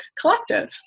collective